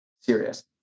serious